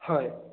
হয়